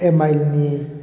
M I L नि